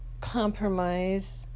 compromise